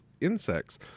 insects